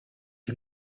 you